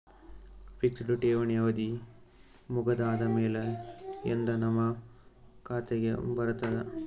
Fixed ಠೇವಣಿ ಅವಧಿ ಮುಗದ ಆದಮೇಲೆ ಎಂದ ನಮ್ಮ ಖಾತೆಗೆ ಬರತದ?